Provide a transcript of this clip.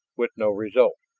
with no result.